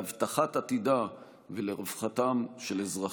להבטחת עתידה ולרווחתם של אזרחיה.